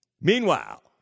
meanwhile